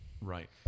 Right